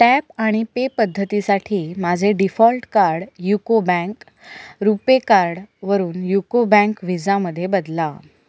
tap आणि pay पद्धतीसाठी माझे default card UCO bank RuPay card वरून युको बँक व्हिजामध्ये बदला